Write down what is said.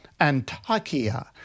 Antakya